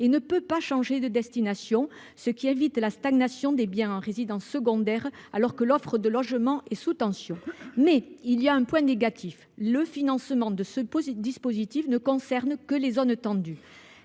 et ne peut pas changer de destination. Cela évite la stagnation des biens en résidence secondaire, alors que l’offre de logements est sous tension. Il y a cependant un point négatif : le financement de ce dispositif ne concerne que les zones tendues.